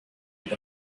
with